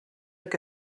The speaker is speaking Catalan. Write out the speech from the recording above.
què